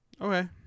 Okay